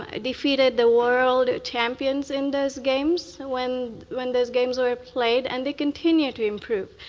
ah defeated the world champions in those games, when when those games were played, and they continue to improve.